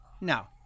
No